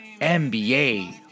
NBA